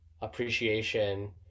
appreciation